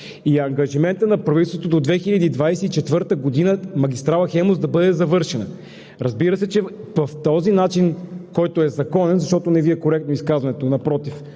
И ангажиментът на правителството е до 2024 г. магистрала „Хемус“ да бъде завършена. Разбира се, че в този начин, който е законен, защото не Ви е коректно изказването, напротив